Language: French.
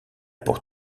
pour